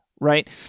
right